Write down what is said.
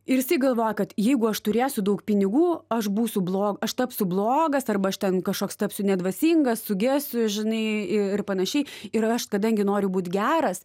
ir jisai galvoja kad jeigu aš turėsiu daug pinigų aš būsiu blog aš tapsiu blogas arba aš ten kažkoks tapsiu nedvasingas sugesiu žinai ir panašiai ir aš kadangi noriu būt geras